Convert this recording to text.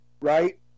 right